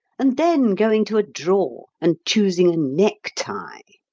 and then going to a drawer and choosing a necktie.